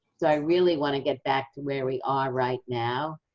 so i really want to get back to where we are right now,